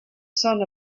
son